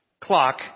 clock